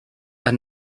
are